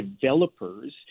developers